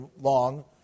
long